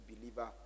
believer